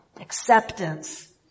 acceptance